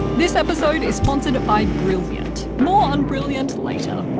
this episode is sponsored by brilliant, more on brilliant later.